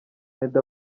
meddy